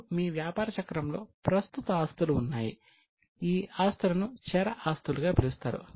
ఇప్పుడు మీ వ్యాపార చక్రంలో ప్రస్తుత ఆస్తులు ఉన్నాయి ఈ ఆస్తులను చర ఆస్తులుగా పిలుస్తారు